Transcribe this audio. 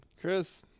Chris